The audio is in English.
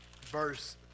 verse